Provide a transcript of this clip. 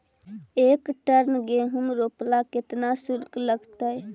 एक टन गेहूं रोपेला केतना शुल्क लगतई?